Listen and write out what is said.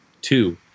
Two